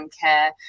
care